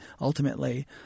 ultimately